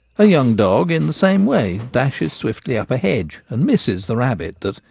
a young dog in the same way dashes swiftly up a hedge, and misses the rabbit that,